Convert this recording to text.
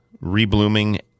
re-blooming